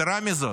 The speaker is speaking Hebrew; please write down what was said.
יתרה מזאת,